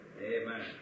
Amen